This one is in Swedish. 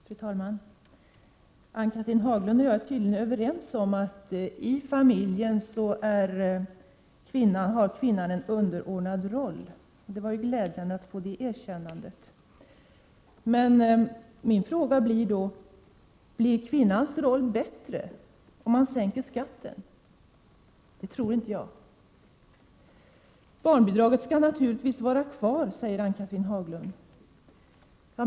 Fru talman! Ann-Cathrine Haglund och jag är tydligen överens om att i familjen har kvinnan en underordnad roll. Det var glädjande att få det erkännandet. Men min fråga blir då: Blir kvinnnans roll bättre om man sänker skatten? Det tror inte jag. Barnbidraget skall naturligtvis vara kvar, säger Ann-Cathrine Haglund.